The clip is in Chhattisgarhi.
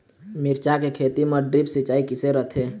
मिरचा के खेती म ड्रिप सिचाई किसे रथे?